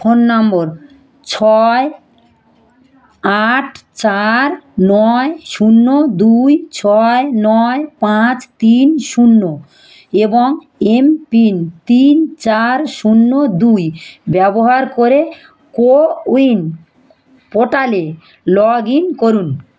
phone number ছয় আট চার নয় শূন্য দুই ছয় নয় পাঁচ তিন শূন্য এবং এমপিন তিন চার শূন্য দুই ব্যবহার করে কোউইন পোর্টালে লগ ইন করুন